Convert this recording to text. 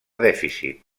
dèficit